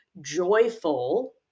joyful